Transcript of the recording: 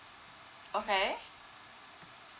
okay